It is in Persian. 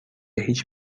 هیچ